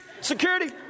Security